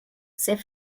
c’est